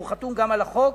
והוא חתום גם על החוק.